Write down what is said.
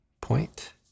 point